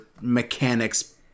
mechanics